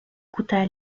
coûta